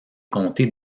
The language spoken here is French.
comtés